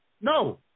No